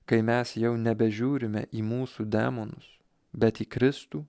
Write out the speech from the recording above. kai mes jau nebežiūrime į mūsų demonus bet į kristų